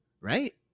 Right